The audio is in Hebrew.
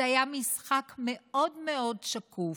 זה היה משחק מאוד מאוד שקוף.